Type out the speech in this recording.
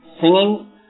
Singing